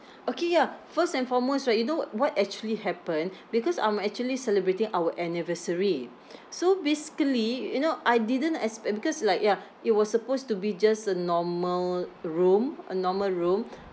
okay ya first and foremost right you know what actually happened because I'm actually celebrating our anniversary so basically you know I didn't expect because like ya it was supposed to be just a normal room a normal room